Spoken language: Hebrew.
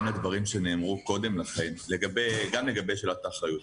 לדברים שנאמרו קודם לכן גם לגבי שאלת האחריות.